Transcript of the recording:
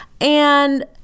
and-